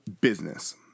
business